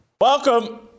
Welcome